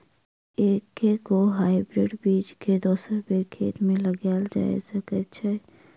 एके गो हाइब्रिड बीज केँ दोसर बेर खेत मे लगैल जा सकय छै?